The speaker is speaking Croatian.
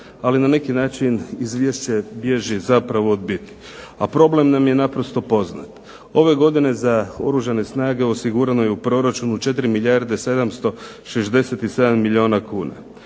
ali na neki način izvješće bježi zapravo od biti. A problem nam je naprosto poznat. Ove godine za Oružane snage osigurano je u proračunu 4 milijarde 767 milijuna kuna.